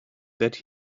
that